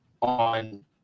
on